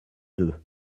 deux